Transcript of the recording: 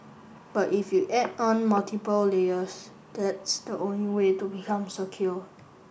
but if you add on multiple layers that's the only way to become secure